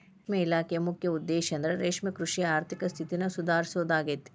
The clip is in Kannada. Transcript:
ರೇಷ್ಮೆ ಇಲಾಖೆಯ ಮುಖ್ಯ ಉದ್ದೇಶಂದ್ರ ರೇಷ್ಮೆಕೃಷಿಯ ಆರ್ಥಿಕ ಸ್ಥಿತಿನ ಸುಧಾರಿಸೋದಾಗೇತಿ